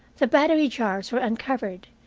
the battery-jars were uncovered,